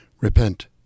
Repent